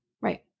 Right